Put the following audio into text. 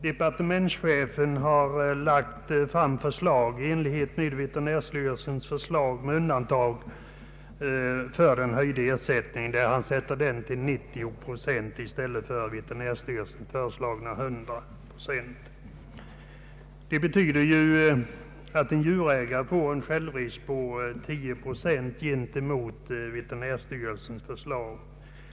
Departementschefen har lagt fram förslag i enlighet med veterinärstyrelsens förslag med undantag för höjningen av ersättningen, som sätts till 90 procent i stället för 100 procent enligt veterinärstyrelsens förslag. Detta betyder att en djurägare får stå en självrisk på 10 procent i förhållande till veterinärstyrelsens förslag.